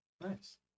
Nice